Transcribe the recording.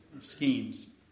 schemes